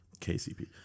KCP